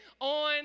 on